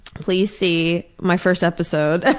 please see my first episode of